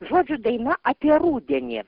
žodžiu daina apie rudenį